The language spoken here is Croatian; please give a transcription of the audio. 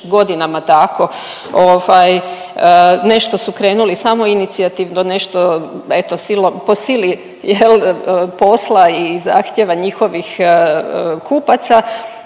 godinama tako. Nešto su krenuli samoinicijativno, nešto eto silom, po sili posla i zahtjeva njihovih kupaca